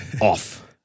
Off